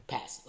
Pass